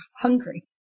hungry